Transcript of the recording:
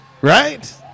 Right